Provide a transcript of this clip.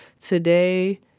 Today